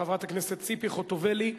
חברת הכנסת ציפי חוטובלי,